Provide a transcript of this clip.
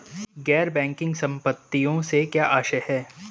गैर बैंकिंग संपत्तियों से क्या आशय है?